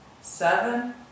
seven